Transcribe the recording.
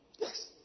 Yes